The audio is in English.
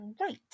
Right